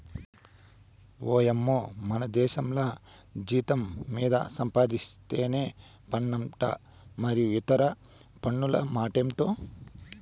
ఓయమ్మో మనదేశంల జీతం మీద సంపాధిస్తేనే పన్నంట మరి ఇతర పన్నుల మాటెంటో